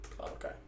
Okay